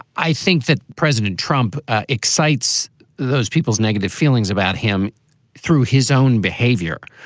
i think that president trump excites those people's negative feelings about him through his own behavior.